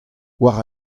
war